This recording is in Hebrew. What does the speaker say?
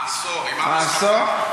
העשור.